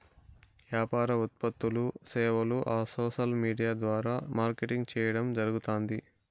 యాపార ఉత్పత్తులూ, సేవలూ ఆ సోసల్ విూడియా ద్వారా మార్కెటింగ్ చేయడం జరగుతాంది